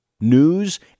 News